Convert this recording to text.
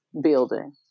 building